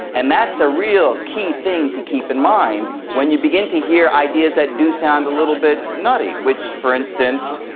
and that's a real key thing to keep in mind when you begin to hear ideas that do sound a little bit nutty which, for instance,